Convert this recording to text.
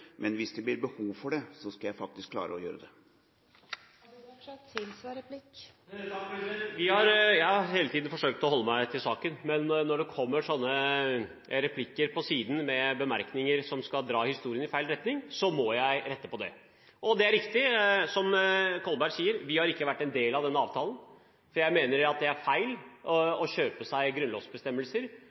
men hvis det blir behov for det, skal jeg faktisk klare å gjøre det. Jeg har hele tiden forsøkt å holde meg til saken, men når det kommer sånne replikker på siden, med bemerkninger som skal dra historien i feil retning, må jeg rette på det. Det er riktig, som Kolberg sier: Vi har ikke vært en del av denne avtalen, for jeg mener at det er feil å kjøpe seg grunnlovsbestemmelser